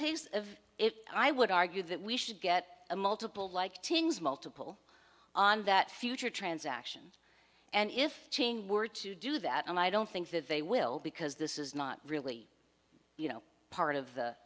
takes of it i would argue that we should get a multiple like teens multiple on that future transaction and if chain were to do that and i don't think that they will because this is not really you know part of